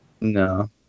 no